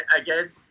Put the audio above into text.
again